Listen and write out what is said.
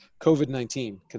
COVID-19